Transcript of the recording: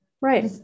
right